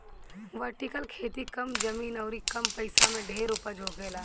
vertical खेती कम जमीन अउरी कम पइसा में ढेर उपज होखेला